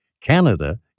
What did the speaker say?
Canada